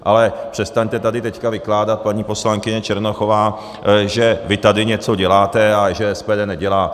Ale přestaňte tady teď vykládat, paní poslankyně Černochová, že vy tady něco děláte a že SPD nedělá.